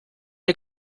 ihr